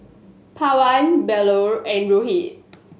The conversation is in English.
Pawan Bellur and Rohit